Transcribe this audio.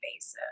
basis